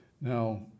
Now